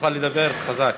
שתוכל לדבר חזק.